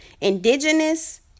indigenous